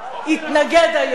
התנגד היום